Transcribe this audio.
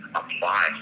apply